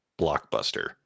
blockbuster